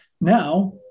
now